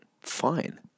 Fine